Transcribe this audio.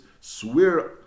swear